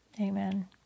amen